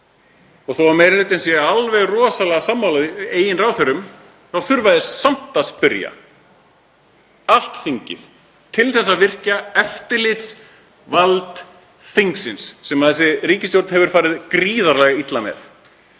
Og þó að meiri hlutinn sé alveg rosalega sammála eigin ráðherrum þarf hann samt að spyrja allt þingið til að virkja eftirlitsvald þess sem þessi ríkisstjórn hefur farið gríðarlega illa með.